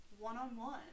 one-on-one